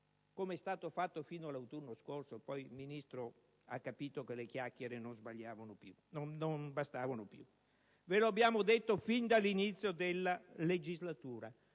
com'è stato fatto fino all'autunno scorso (poi il Ministro ha capito che le chiacchiere non bastavano più). Ve lo abbiamo detto fin dall'inizio della legislatura,